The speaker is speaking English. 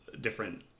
different